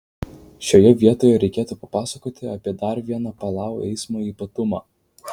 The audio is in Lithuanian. šioje vietoje reikėtų papasakoti apie dar vieną palau eismo ypatumą